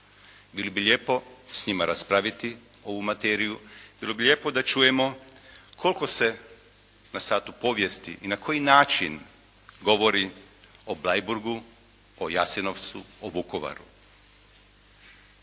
Bilo bi lijepo s njima raspraviti ovu materiju, bilo bi lijepo da čujemo koliko se na satu povijesti i na koji način govori o Bleiburgu, o Jasenovcu, o Vukovaru.